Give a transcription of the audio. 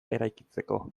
eraikitzeko